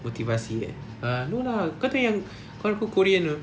motivasi err no lah kau tahu yang kawan aku korean tu